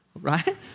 right